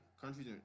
countries